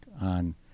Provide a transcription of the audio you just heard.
on